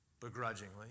begrudgingly